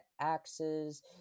axes